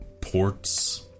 ports